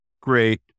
great